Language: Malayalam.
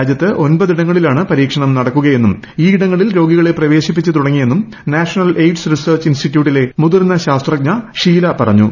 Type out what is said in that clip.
രാജ്യത്ത് ഒമ്പതിടങ്ങളിലാണ് പരീക്ഷണം നടക്കുകയെന്നും ഇൌയിടങ്ങളിൽ രോഗികളെ പ്രവേശിപ്പിച്ചു തുടങ്ങിയെന്നും നാഷണൽ എയിഡ്സ് റിസർച്ച് ഇൻസ്റ്റിറ്റ്യൂട്ടിലെ മുതിർന്ന ശാസ്ത്രജ്ഞ ഷീല പറഞ്ഞു